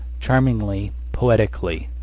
charmingly, poetically,